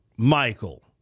Michael